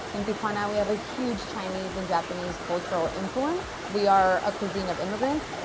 in tijuana, we have a huge chinese and japanese cultural influence. we are a cuisine of immigrants,